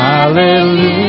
Hallelujah